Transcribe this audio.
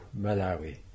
Malawi